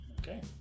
Okay